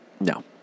No